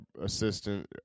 assistant